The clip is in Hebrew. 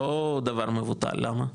לא דבר מבוטל, למה?